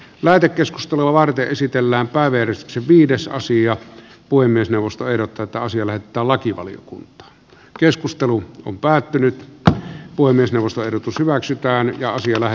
lähetekeskustelua varten esitellään pääversossa viides osia puhemiesneuvosto erotetaan sille että lakivaliokunta keskustelu päättynyttä voi myös nousta ehdotus hyväksytään ja siellä